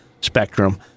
spectrum